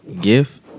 gift